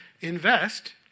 invest